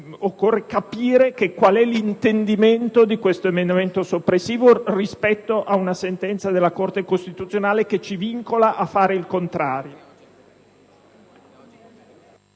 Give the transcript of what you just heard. infatti, capire quale sia l'intendimento di questo emendamento soppressivo, rispetto ad una sentenza della Corte costituzionale che ci vincola a fare il contrario.